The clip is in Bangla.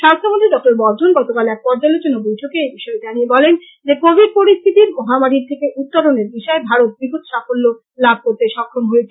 স্বাস্থ্য মন্ত্রী ডঃ বর্দ্ধন গতকাল এক পর্যালোচনা বৈঠকে এই বিষয়ে জানিয়ে বলেন যে কোভিড পরিস্থিতির মহামারীর থেকে উত্তরণের দিশায় ভারত বৃহৎ সাফল্য লাভ করতে সক্ষম হয়েছে